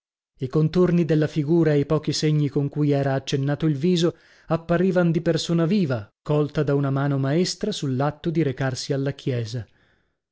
i contorni della figura e i pochi segni con cui era accennato il viso apparivan di persona viva colta da una mano maestra sull'atto di recarsi alla chiesa